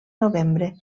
novembre